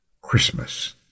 Christmas